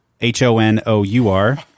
H-O-N-O-U-R